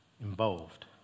involved